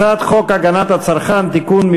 הצעת חוק הגנת הצרכן (תיקון,